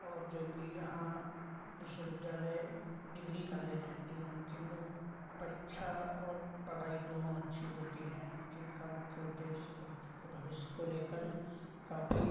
और जो भी यहाँ विश्वविद्यालय डिग्री कॉलेज हैं तीन जिनमें परीक्षा और पढ़ाई दोनों अच्छी होती हैं जिनका मुख्य उद्देश्य बच्चों के भविष्य को लेकर काफ़ी